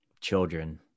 Children